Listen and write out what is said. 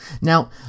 Now